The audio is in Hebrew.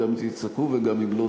וגם אם תצעקו וגם אם לא,